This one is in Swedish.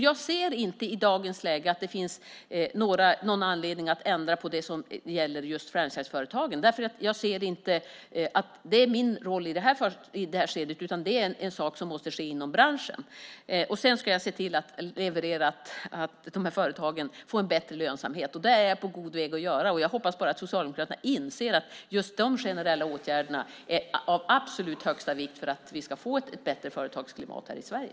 Jag ser inte i dagens läge att det finns någon anledning att ändra på det som gäller just franchiseföretagen, därför att jag ser inte att det är min roll i detta skede. Det är en sak som måste ske inom branschen. Sedan ska jag se till att leverera att de här företagen får en bra lönsamhet, och det är jag på god väg att göra. Jag hoppas bara att Socialdemokraterna inser att just de generella åtgärderna är av absolut största vikt för att vi ska få ett bättre företagsklimat här i Sverige.